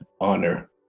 honor